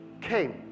came